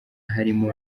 harimo